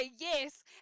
yes